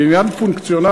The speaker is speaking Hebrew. זה עניין פונקציונלי.